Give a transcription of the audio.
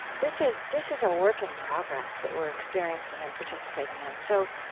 this is this is a work in progress that we're experiencing and participating in. so